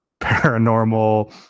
paranormal